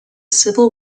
civil